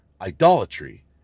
idolatry